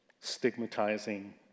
stigmatizing